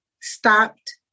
stopped